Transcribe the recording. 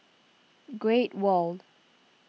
Great World